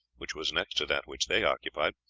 which was next to that which they occupied,